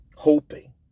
hoping